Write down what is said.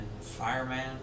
Fireman